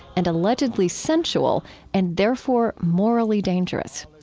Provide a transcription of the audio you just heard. and allegedly sensual and therefore morally dangerous.